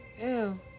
Ew